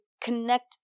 connect